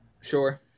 Sure